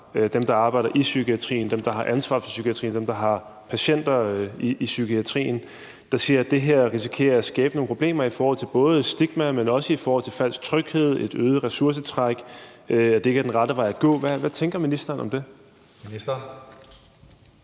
dem, der arbejder i psykiatrien; dem, der har ansvar for psykiatrien; dem, der har patienter i psykiatrien – der siger, at det her risikerer at skabe nogle problemer både i forhold til stigma, men også i forhold til falsk tryghed, et øget ressourcetræk, at det ikke er den rette vej at gå, hvad tænker ministeren så om det?